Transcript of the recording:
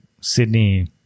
Sydney